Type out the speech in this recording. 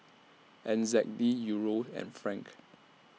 N Z D Euro and Franc